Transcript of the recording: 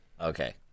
Okay